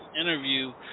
interview